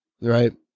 right